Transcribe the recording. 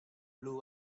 blue